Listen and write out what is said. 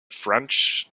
french